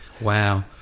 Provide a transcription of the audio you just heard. wow